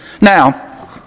Now